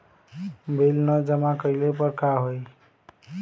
Bill न जमा कइले पर का होई?